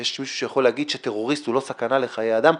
יש מישהו שיכול להגיד שטרוריסט הוא לא סכנה לחיי אדם?